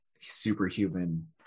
superhuman